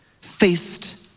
faced